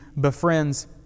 befriends